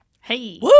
Hey